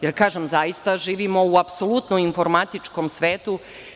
Jer, kažem, zaista živimo u apsolutno informatičkom svetu.